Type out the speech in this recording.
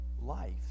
life